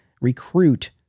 recruit